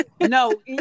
No